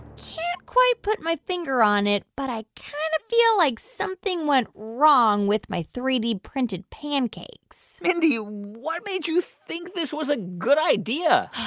can't quite put my finger on it, but i kind of feel like something went wrong with my three d printed pancakes mindy, what made you think this was a good idea?